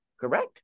correct